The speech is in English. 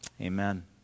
Amen